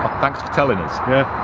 thanks for telling us. yeah.